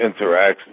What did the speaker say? interacts